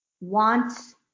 wants